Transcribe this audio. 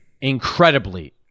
incredibly